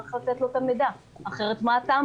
צריך לתת לו את המידע כי אחרת מה הטעם